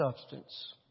substance